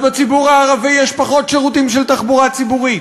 בציבור הערבי יש פחות שירותים של תחבורה ציבורית,